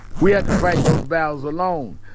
we have to fight those battles alone.